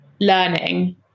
learning